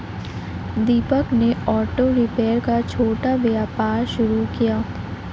दीपक ने auto repair का छोटा व्यापार शुरू किया